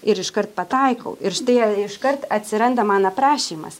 ir iškart pataikau ir štai jie iškart atsiranda man aprašymas